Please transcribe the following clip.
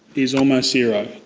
is almost zero.